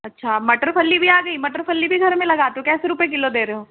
अच्छा मटर फ़ल्ली भी आ गई मटर फ़ल्ली भी घर में लगाते हो कैसे रुपए किलो दे रहे हो